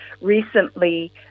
Recently